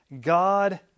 God